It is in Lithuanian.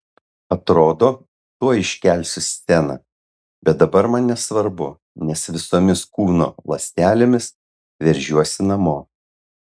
atrodo tuoj iškelsiu sceną bet dabar man nesvarbu nes visomis kūno ląstelėmis veržiuosi namo